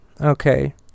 okay